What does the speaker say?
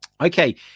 Okay